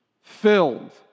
filled